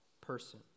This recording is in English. person